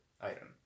item